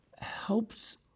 helps